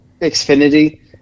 Xfinity